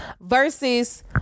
versus